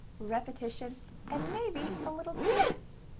repetition and maybe a little quiz.